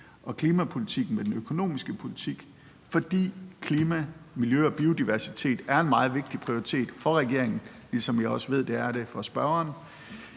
og klimapolitikken med den økonomiske politik, fordi klima, miljø og biodiversitet er en meget vigtig prioritet for regeringen, ligesom jeg også ved at det er for spørgeren.